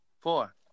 four